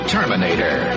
Terminator